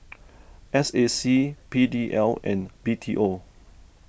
S A C P D L and B T O